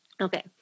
Okay